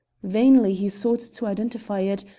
vainly he sought to identify it,